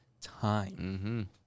time